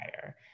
higher